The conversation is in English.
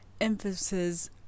emphasis